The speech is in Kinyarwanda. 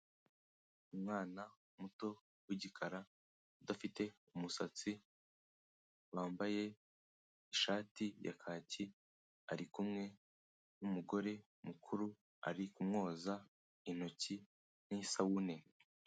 Umwana muto w'igikara udafite umusatsi wambaye ishati ya kaki, arikumwe n'umugore mukuru ari kumwoza intoki n'isabune.